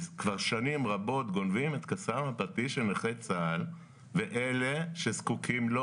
כבר שנים רבות גונבים את כספם הפרטי של נכי צה"ל ואלה שזקוקים לו